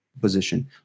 position